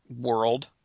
world